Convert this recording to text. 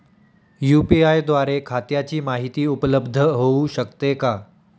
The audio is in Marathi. यू.पी.आय द्वारे खात्याची माहिती उपलब्ध होऊ शकते का?